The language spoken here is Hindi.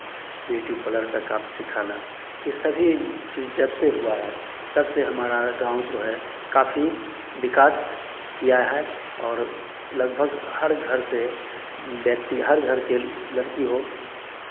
ब्यूटी पालर का काम सिखाना ये सभी चीज़ जब से हुआ है तब से हमारा गाँव जो है काफ़ी विकास किया है और लगभग हर घर से व्यक्ति हर घर के लड़की हो